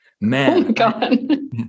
Man